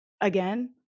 Again